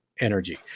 energy